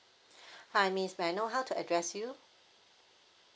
hi miss may I know how to address you